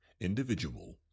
individual